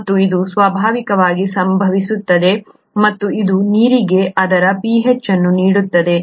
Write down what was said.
ಮತ್ತು ಇದು ಸ್ವಾಭಾವಿಕವಾಗಿ ಸಂಭವಿಸುತ್ತದೆ ಮತ್ತು ಇದು ನೀರಿಗೆ ಅದರ pH ಅನ್ನು ನೀಡುತ್ತದೆ